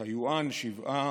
טאיוואן, שבעה.